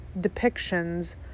depictions